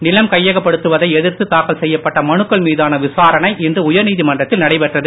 நிலம் கையகப்படுத்துவதை எதிர்த்து தாக்கல் செய்யப்பட்ட மனுக்கள் மீதான விசாரணை இன்று உயர்நீதிமன்றத்தில் நடைபெற்றது